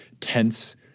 tense